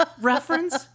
reference